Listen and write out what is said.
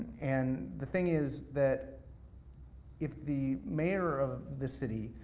and the thing is that if the mayor of this city,